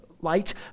light